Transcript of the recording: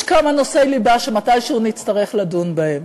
יש כמה נושאי ליבה שמתישהו נצטרך לדון בהם.